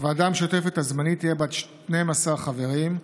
הוועדה המשותפת הזמנית תהיה בת 12 חברים,